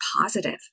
positive